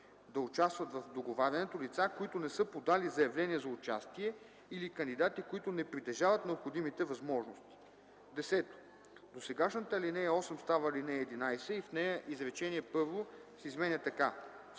Досегашната ал. 8 става ал. 11 и в нея изречение първо се изменя така: